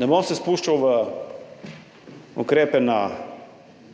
Ne bom se spuščal v ukrepe na